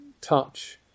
touch